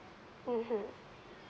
mmhmm